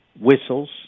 whistles